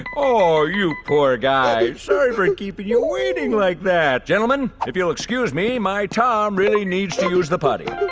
oh you poor guy. sorry for and keeping you waiting like that. gentlemen if you'll excuse me, my tom really needs to use the potty.